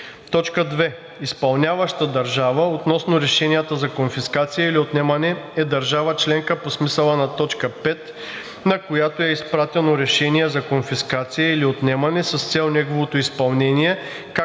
лице. 2. „Изпълняваща държава“ относно решенията за конфискация или отнемане е държава членка по смисъла на т. 5, на която е изпратено решение за конфискация или отнемане, с цел неговото изпълнение, както и Република България, а по отношение